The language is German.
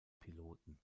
piloten